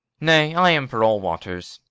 nay, i am for all waters.